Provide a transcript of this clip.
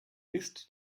ist